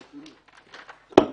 בבקשה.